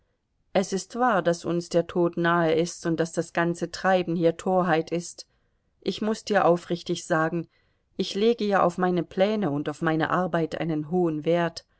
es ist wahr daß uns der tod nahe ist und daß das ganze treiben hier torheit ist ich muß dir aufrichtig sagen ich lege ja auf meine pläne und auf meine arbeit einen hohen wert